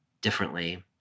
differently